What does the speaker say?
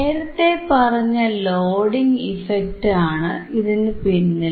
നേരത്തേ പറഞ്ഞ loading effect ആണ് ഇതിനു പിന്നിൽ